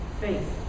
faith